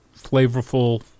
flavorful